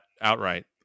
outright